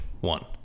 one